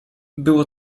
było